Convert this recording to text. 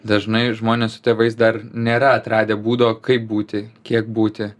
dažnai žmonės su tėvais dar nėra atradę būdo kaip būti kiek būti